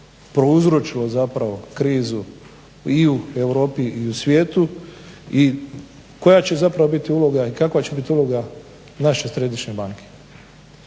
prouzročilo zapravo krizu i u Europi i u svijetu i koja će zapravo biti uloga i kakva će biti uloga naše središnje banke.